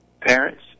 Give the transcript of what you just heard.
Parents